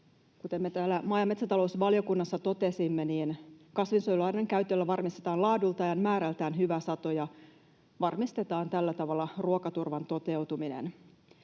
täällä maa- ja metsätalousvaliokunnassa totesimme, kasvinsuojeluaineiden käytöllä varmistetaan laadultaan ja määrältään hyvä sato ja varmistetaan tällä tavalla ruokaturvan toteutuminen.